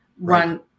run